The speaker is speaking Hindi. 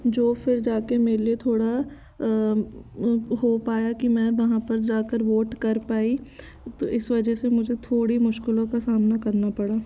जो फिर जा के मेरे लिए थोड़ा हो पाया कि मैं वह पर जाकर वोट कर पायी तो इस वजह से मुझे थोड़ी मुश्किलों का सामना करना पड़ा